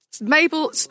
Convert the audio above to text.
Mabel